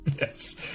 Yes